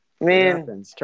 Man